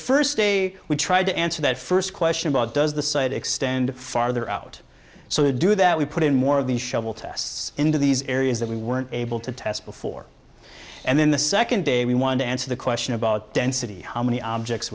first day we tried to answer that first question about does the site extend farther out so to do that we put in more of these shovel tests into these areas that we weren't able to test before and then the second day we wanted to answer the question about density how many objects